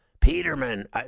Peterman